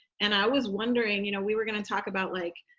and i was wondering, you know, we were gonna talk about, like,